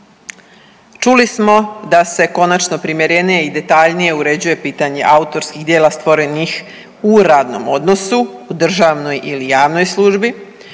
Čuli smo da se konačno primjerenije i detaljnije uređuje pitanje autorskih djela stvorenih u radnom odnosu u državnoj ili javnoj službi.